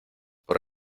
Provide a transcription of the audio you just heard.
por